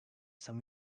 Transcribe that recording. some